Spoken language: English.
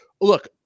look